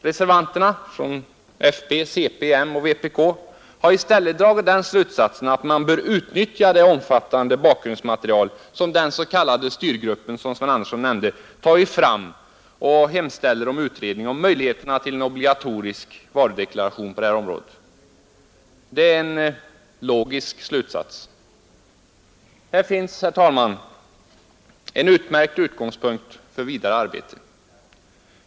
Reservanterna från folkpartiet, centerpartiet, moderata samlingspartiet och vänsterpartiet kommunisterna har i stället dragit den slutsatsen att man bör utnyttja det omfattande bakgrundsmaterial som den s.k. STYR-gruppen, som herr Andersson i Örebro nämnde, har tagit fram och de hemställer om utredning av möjligheterna till en obligatorisk varudeklaration på detta område. Det är en logisk slutsats. Här finns, herr talman, en utmärkt utgångspunkt för vidare arbete.